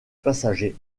passagers